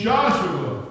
Joshua